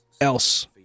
else